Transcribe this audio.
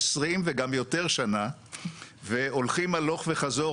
20 וגם יותר שנה והולכים הלוך וחזור,